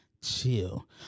chill